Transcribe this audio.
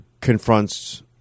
confronts